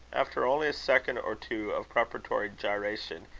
after only a second or two of preparatory gyration,